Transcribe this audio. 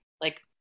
Like-